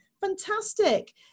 Fantastic